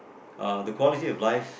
uh the quality of life